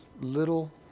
little